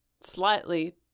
slightly